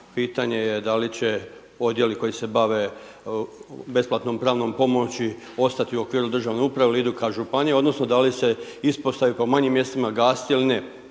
pitanje je da li će odjeli koji se bave besplatnom pravnom pomoći ostati u okviru državne upravi ili idu ka županiji, odnosno da li se ispostave po manjim mjestima gasit ili ne?